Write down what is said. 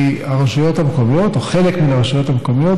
כי חלק מהרשויות המקומיות,